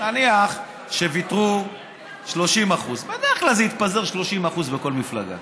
נניח שוויתרו 30% בדרך כלל זה התפזר 30% בכל מפלגה.